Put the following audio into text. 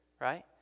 right